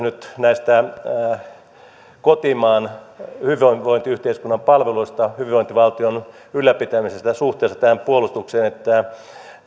nyt näistä hyvinvointiyhteiskunnan palveluista hyvinvointivaltion ylläpitämisestä suhteessa tähän puolustukseen